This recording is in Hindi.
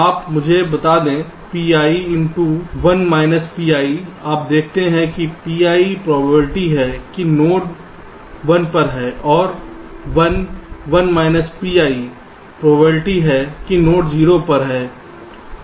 आप मुझे बात करने दें Pi into minus Pi आप देखते हैं कि Pi प्रोबेबिलिटी है कि नोड 1 पर है और 1 1 माइनस Pi प्रोबेबिलिटी है कि नोड 0 पर है